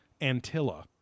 Antilla